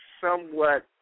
somewhat